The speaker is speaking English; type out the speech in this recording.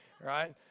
right